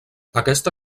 aquesta